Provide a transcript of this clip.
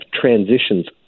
transitions